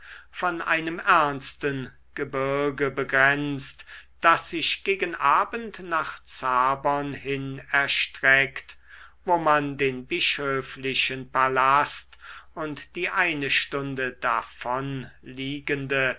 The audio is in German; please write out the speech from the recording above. von einem ernsten gebirge begrenzt das sich gegen abend nach zabern hin erstreckt wo man den bischöflichen palast und die eine stunde davon liegende